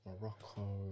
Morocco